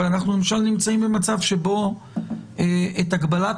אבל אני רוצה להזכיר שבמדרג חוק הסמכויות הגבלת